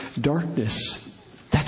darkness